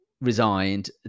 resigned